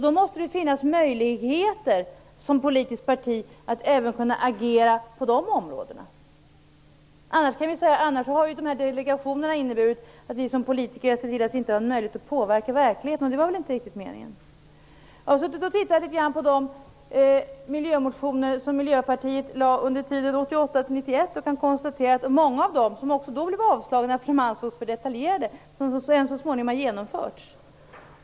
Då måste det finnas möjligheter för ett politiskt parti att även agera på de områdena, för annars har delegationerna inneburit att vi politiker har sett till att vi inte har en möjlighet att påverka verkligheten och det var väl inte riktigt meningen. Jag har tittat litet grand på de miljömotioner som Miljöpartiet lade fram under tiden 1988-1991 och kan konstatera att många av dem - som då blev avslagna, eftersom de också ansågs vara alltför detaljerade - så småningom har förverkligats.